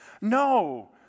No